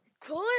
Cooler